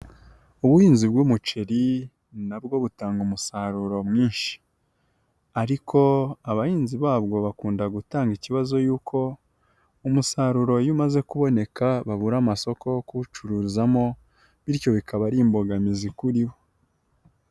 Ubuhinzi bw'umuceri nabwo butanga umusaruro mwinshi ariko abahinzi babwo bakunda gutanga ikibazo yuko, umusaruro iyo umaze kuboneka babura amasoko kuwucuruzamobityo bikaba ari imbogamizi kuri bo.